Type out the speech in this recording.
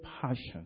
passion